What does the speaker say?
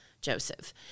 joseph